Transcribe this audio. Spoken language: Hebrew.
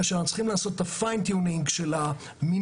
כאשר צריך לעשות fine tuning של המינון,